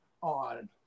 on